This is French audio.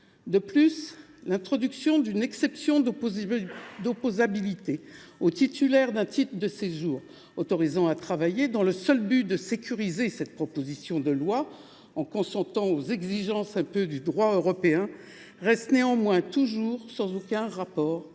De surcroît, l’introduction d’une exception d’opposabilité au titulaire d’un titre de séjour autorisant à travailler dans le seul but de sécuriser cette proposition de loi en consentant aux exigences du droit européen reste sans aucun rapport